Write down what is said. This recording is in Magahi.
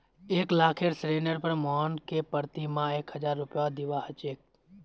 एक लाखेर ऋनेर पर मोहनके प्रति माह एक हजार रुपया दीबा ह छेक